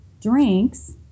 drinks